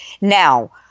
Now